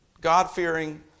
God-fearing